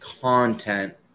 content